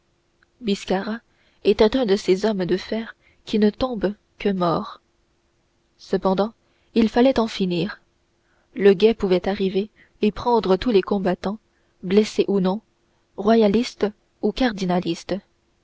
biscarat était un de ces hommes de fer qui ne tombent que morts cependant il fallait en finir le guet pouvait arriver et prendre tous les combattants blessés ou non royalistes ou cardinalistes